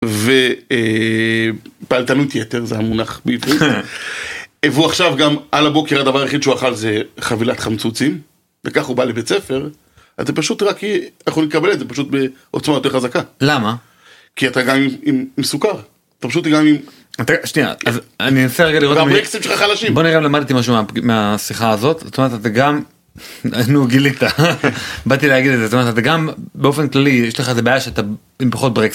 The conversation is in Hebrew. פלטנות יתר זה המונח והוא עכשיו גם על הבוקר הדבר היחיד שהוא אכל זה חבילת חמצוצים. וכך הוא בא לבית ספר זה פשוט רק יכול לקבל את זה פשוט בעוצמה יותר חזקה למה כי אתה גם עם סוכר. פשוט גם אם אתה שנייה אז אני אעשה רגע לראות מה שאתה חלשים בוא נראה למדתי משהו מהשיחה הזאת אתה גם. נו גילית באתי להגיד את זה גם באופן כללי יש לך את הבעיה שאתה עם פחות ברקס.